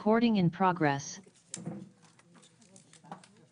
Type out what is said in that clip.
הישיבה ננעלה